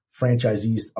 franchisees